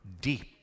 deep